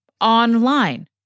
online